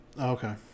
Okay